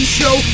show